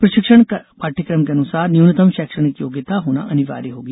प्रशिक्षण पाठ्कम के अनुसार न्यूनतम शैक्षणिक योग्यता होना अनिवार्य होगी